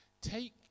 Take